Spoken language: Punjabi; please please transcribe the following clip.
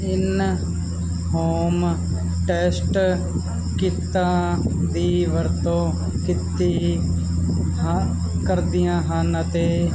ਇਨ ਹੋਮ ਟੈਸਟ ਕਿਟ ਦੀ ਵਰਤੋਂ ਕੀਤੀ ਗਈ ਹ ਕਰਦੀਆਂ ਹਨ ਅਤੇ